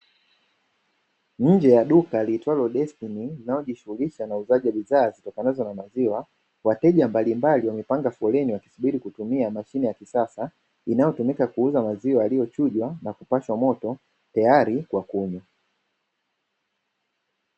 Nje ya duka liitwalo "Destiny" linalojishughulisha na uuzaji wa bidhaa zitokanazo na maziwa, wateja mbalimbali wamepanga foleni wakisubiri kutumia mashine ya kisasa inayotumika kuuza maziwa yaliyochujwa na kupashwa moto tayari kwa kunywa.